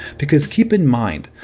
because keep in mind,